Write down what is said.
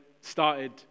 started